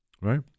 Right